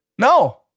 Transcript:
No